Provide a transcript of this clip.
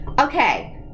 Okay